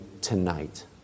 tonight